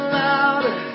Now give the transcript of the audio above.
louder